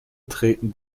treten